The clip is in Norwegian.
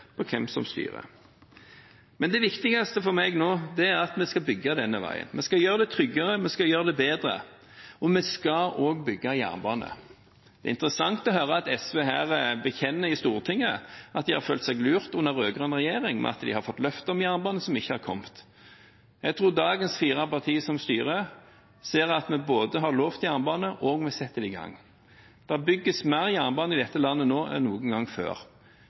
på hvem som styrer. Det viktigste for meg nå er at vi skal bygge denne veien. Vi skal gjøre det tryggere, og vi skal gjøre det bedre. Vi skal også bygge jernbane. Det er interessant å høre at SV bekjenner her i Stortinget at de har følt seg lurt under rød-grønn regjering – at de har fått løfter om jernbane som ikke har kommet. Jeg tror dagens fire partier som styrer, ser at vi både har lovet jernbane og setter det i gang. Det bygges mer jernbane i dette landet nå enn noen gang før,